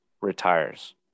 retires